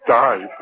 die